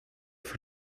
for